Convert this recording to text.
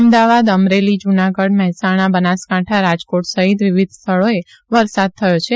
અમદાવાદ અમરેલી જૂનાગઢ મહેસાણા બનાસકાંઠા રાજકોટ સહિત વિવિધ સ્થળોએ વરસાદ થયો છે